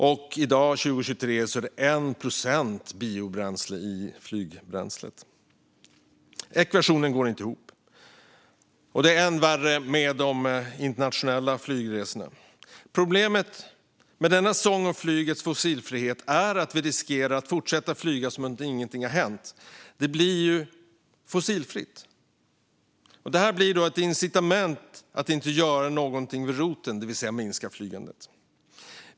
I dag, 2023, är dessutom inblandningen av biobränsle i flygbränslet 1 procent. Ekvationen går inte ihop. Och det är ännu värre för de internationella flygresorna. Problemet med sången om flygets fossilfrihet är att vi riskerar att fortsätta flyga som om ingenting hänt; det blir ju fossilfritt. Detta blir ett incitament för att inte göra något vid roten, det vill säga minska flygandet.